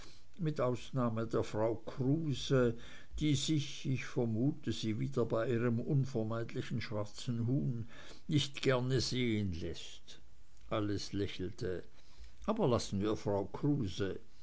mit ausnahme der frau kruse die sich ich vermute sie wieder bei ihrem unvermeidlichen schwarzen huhn nicht gerne sehen läßt alles lächelte aber lassen wir frau kruse